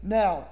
now